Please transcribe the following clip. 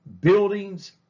buildings